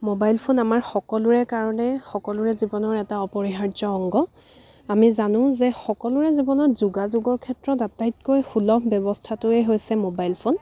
mobile phone আমাৰ সকলোৰে কাৰণে সকলোৰে জীৱনৰ এটা অপৰিহাৰ্য অংগ আমি জানো যে সকলোৰে জীৱনত যোগাযোগৰ ক্ষেত্ৰত আটাইতকৈ সুলভ ব্যৱস্থাটোৱে হৈছে মোবাইল ফোন